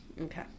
Okay